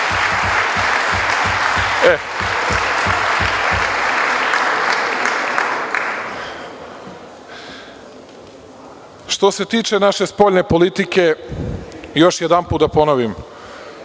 se tiče naše spoljne politike još jednom da ponovim,